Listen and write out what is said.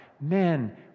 men